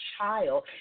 child